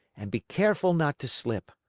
and be careful not to slip!